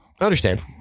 understand